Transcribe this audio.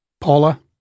Paula